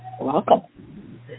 Welcome